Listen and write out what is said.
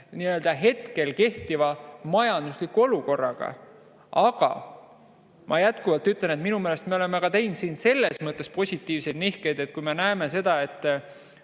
arvestaks rohkem kehtiva majandusliku olukorraga. Aga ma jätkuvalt ütlen, et minu meelest me oleme teinud ka selles mõttes positiivseid nihkeid. Kui me näeme seda, et